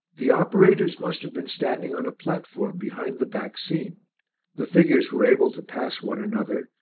the operators must have been standing on a platform behind the back scene the figures were able to pass one another,